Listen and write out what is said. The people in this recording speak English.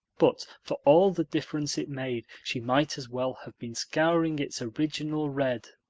but for all the difference it made she might as well have been scouring its original red.